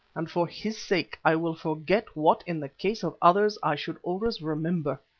and for his sake i will forget what in the case of others i should always remember.